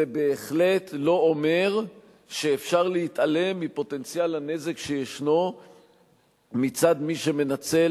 זה בהחלט לא אומר שאפשר להתעלם מפוטנציאל הנזק שישנו מצד מי שמנצל